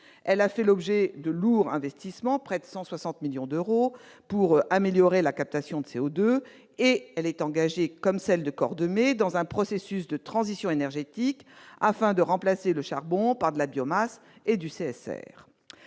a bénéficié de lourds investissements, près de 160 millions d'euros, pour améliorer la captation de CO2. Elle est engagée, comme celle de Cordemais, dans un processus de transition énergétique, afin de remplacer le charbon par de la biomasse et du